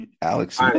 Alex